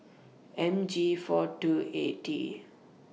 M G four two A T